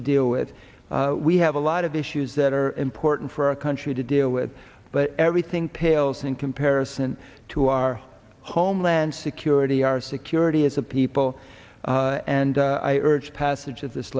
to deal with we have a lot of issues that are important for our country to deal with but everything pales in comparison and to our homeland security our security as a people and i urge passage of this